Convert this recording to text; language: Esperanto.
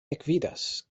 ekvidas